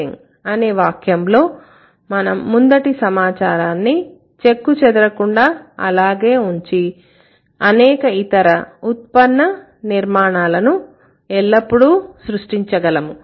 'అనే వాక్యంలో మనం ముందటి సమాచారాన్ని చెక్కుచెదరకుండా అలాగే ఉంచి అనేక ఇతర ఉత్పన్న నిర్మాణాలను ఎల్లప్పుడూ సృష్టించగలము